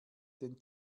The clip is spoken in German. den